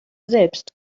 selbst